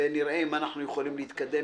ונראה אם אנחנו יכולים להתקדם,